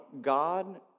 God